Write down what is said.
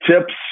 Tips